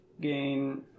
Gain